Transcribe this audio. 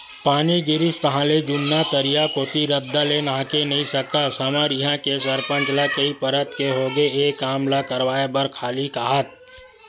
पानी गिरिस ताहले जुन्ना तरिया कोती रद्दा ले नाहके नइ सकस हमर इहां के सरपंच ल कई परत के होगे ए काम ल करवाय बर खाली काहत